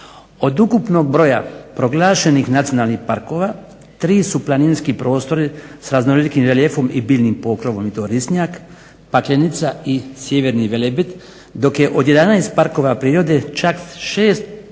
Od ukupnog broja proglašenih nacionalnih parkova tri su planinski prostori s raznolikim reljefom i biljnim pokrovom i to Risnjak, Paklenica i Sjeverni Velebit dok je od 11 parkova prirode čak 6